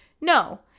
No